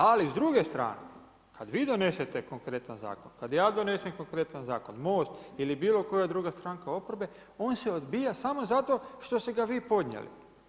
Ali, s druge strane, kad vi donesete konkretan zakon, kad ja donesem konkretan zakon, Most, ili bilo koja druga stranka oporbe, on se odbija, samo zato što ste ga vi podnijeli.